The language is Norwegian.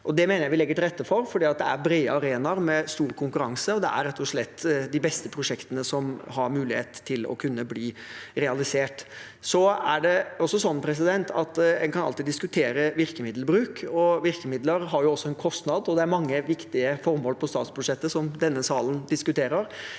Det mener jeg vi legger til rette for, for det er brede arenaer med stor konkurranse, og det er rett og slett de beste prosjektene som har mulighet til å kunne bli realisert. En kan alltid diskutere virkemiddelbruken. Virkemidler har også en kostnad, og det er mange viktige formål på statsbudsjettet som denne salen diskuterer.